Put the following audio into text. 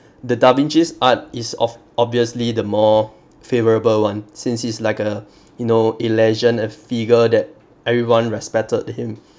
the da vinci's art is of obviously the more favourable [one] since he's like a you know a legend a figure that everyone respected him